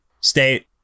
state